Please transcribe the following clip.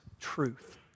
truth